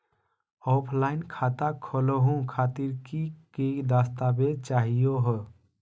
Offline खाता खोलहु खातिर की की दस्तावेज चाहीयो हो?